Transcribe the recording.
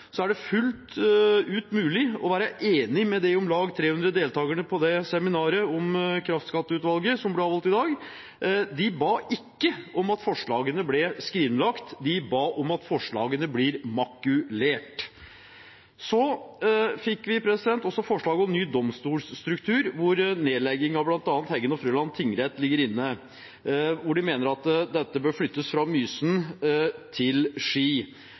så måte er det fullt ut mulig å være enig med de om lag 300 deltakerne på seminaret om kraftskatteutvalget som ble holdt i dag. De ba ikke om at forslagene ble skrinlagt, de ba om at forslagene blir makulert. Så fikk vi også forslag om ny domstolstruktur, hvor nedlegging av bl.a. Heggen og Frøland tingrett ligger inne, hvor de mener at dette bør flyttes fra Mysen til Ski.